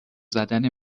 زدن